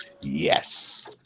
Yes